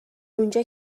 اونجا